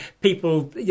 people